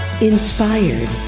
Inspired